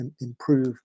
improve